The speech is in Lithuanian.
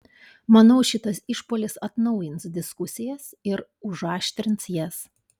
manau šitas išpuolis atnaujins diskusijas ir užaštrins jas